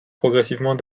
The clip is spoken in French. progressivement